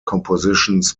compositions